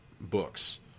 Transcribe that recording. books